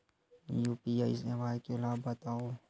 UPI सेवाएं के लाभ बतावव?